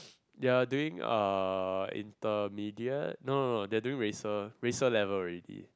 they are doing uh intermediate no no no they are doing racer racer level already